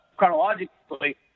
Chronologically